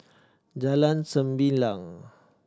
Jalan Sembilang